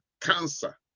cancer